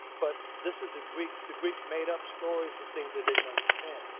but this is the greek the greek's made up stories for things they didn't understand.